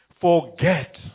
forget